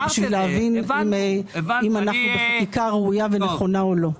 להבין אם אנו בחקיקה נכונה וראויה או לא.